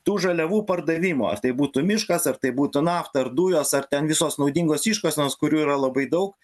tų žaliavų pardavimo ar tai būtų miškas ar tai būtų nafta ar dujos ar ten visos naudingos iškasenos kurių yra labai daug